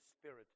Spirit